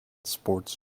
sports